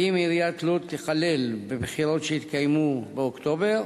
1. האם תיכלל לוד בבחירות שיתקיימו באוקטובר?